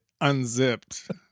unzipped